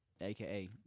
aka